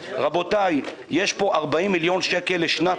רבותי, יש פה 40 מיליון שקל לשנת